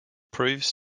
proves